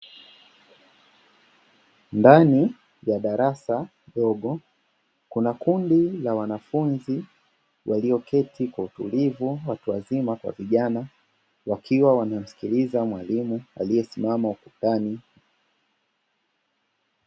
Ndani ya darasa dogo kuna kundi la wanafunzi walioketi kwa utulivu, watu wazima kwa vijana wakiwa wanamsikiliza mwalimu aliyesimama ukutani.